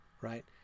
right